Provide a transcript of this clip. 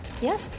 Yes